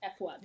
F1